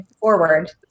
forward